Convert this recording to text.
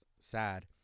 sad